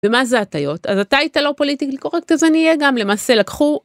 ומה זה הטיות? אז אתה היית לא פוליטי קורקט, אז אני אהיה גם. למעשה לקחו